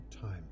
time